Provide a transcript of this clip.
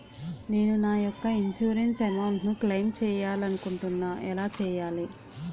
నేను నా యెక్క ఇన్సురెన్స్ అమౌంట్ ను క్లైమ్ చేయాలనుకుంటున్నా ఎలా చేయాలి?